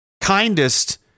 kindest